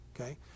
Okay